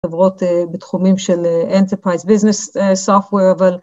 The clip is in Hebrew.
חברות בתחומים של Enterprise Business Software, אבל...